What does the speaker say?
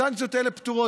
הסנקציות האלה פטורות.